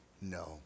no